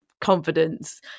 confidence